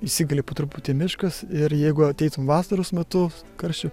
įsigali po truputį miškas ir jeigu ateitum vasaros metu karščio